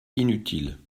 inutiles